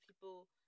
people